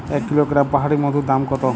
এক কিলোগ্রাম পাহাড়ী মধুর দাম কত?